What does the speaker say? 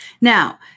now